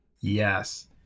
Yes